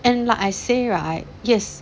and like I say right yes